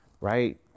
right